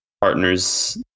partners